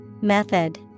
Method